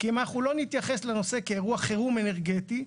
כי אם אנחנו לא נתייחס לנושא כאירוע חירום אנרגטי,